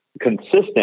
consistent